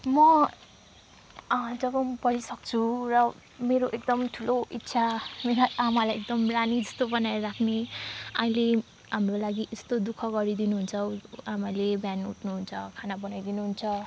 म जब म पढिसक्छु र मेरो एकदम ठुलो इच्छा मेरो आमालाई एकदम रानी जस्तै बनाएर राख्ने अहिले हाम्रो लागि यस्तो दुख गरिदिनु हुन्छ आमाले बिहान उठ्नुहुन्छ खाना बनाई दिनुहुन्छ